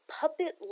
puppet